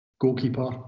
goalkeeper